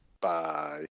Bye